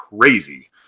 crazy